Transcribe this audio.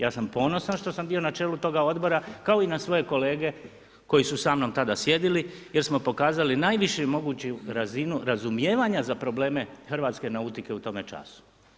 Ja sam ponosan što sam bio na čelu toga odbora, kao i na svoje kolege koji su sa mnom tada sjedili, jer smo pokazali, najvišu moguću razinu razumijevanja za probleme hrvatske nautike u tome času.